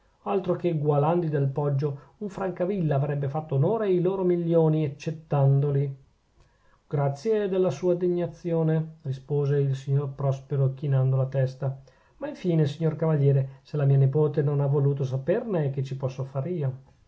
altro che gualandi del poggio un francavilla avrebbe fatto onore ai loro milioni accettandoli grazie della sua degnazione disse il signor prospero chinando la testa ma infine signor cavaliere se la mia nepote non ha voluto saperne che ci posso far io